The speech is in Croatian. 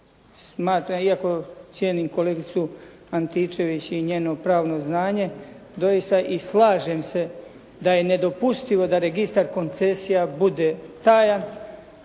smatram, iako cijenim kolegicu Antičević i njeno pravno znanje, doista i slažem se da je nedopustivo da registar koncesija bude tajan,